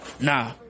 Nah